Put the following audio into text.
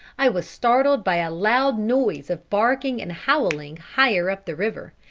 i was startled by a loud noise of barking and howling higher up the river,